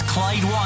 Clyde